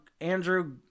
Andrew